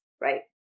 right